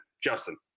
Justin